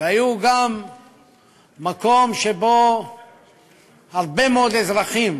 והיו גם במקום שבו הרבה מאוד אזרחים